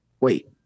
Wait